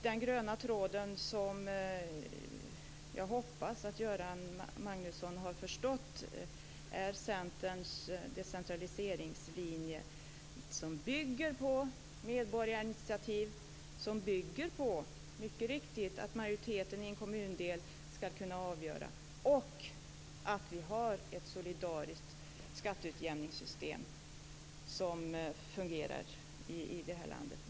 Den gröna tråden är, vilket jag hoppas att Göran Magnusson har förstått, Centerns decentraliseringslinje, som bygger på medborgarinitiativ, på att majoriteten i en kommundel skall kunna avgöra och på att vi har ett solidariskt skatteutjämningssystem som fungerar i det här landet.